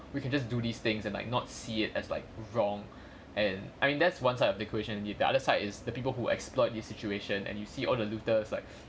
you can just do these things and like not see it as like wrong and I mean that's one side of the question and the other side is the people who exploit this situation and you see all the looters like